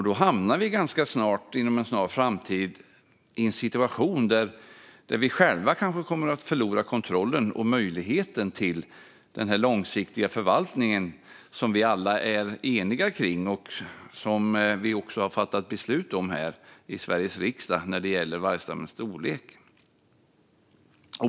Då hamnar vi inom en snar framtid i en situation där vi själva kanske kommer att förlora kontrollen och möjligheten till den långsiktiga förvaltning som vi alla är eniga kring och som vi också har fattat beslut om här i Sveriges riksdag när det gäller vargstammens storlek.